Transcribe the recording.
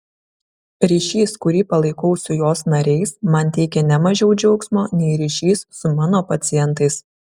ryšys kurį palaikau su jos nariais man teikia ne mažiau džiaugsmo nei ryšys su mano pacientais